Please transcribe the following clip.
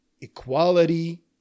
equality